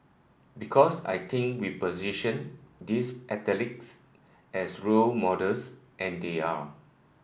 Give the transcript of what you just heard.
because I think we position these athletes as role models and they are